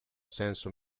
senso